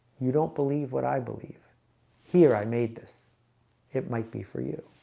you don't believe what i believe here i made this it might be for you